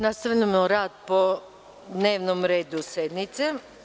Nastavljamo rad po dnevnom redu sednice.